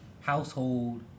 household